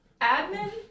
admin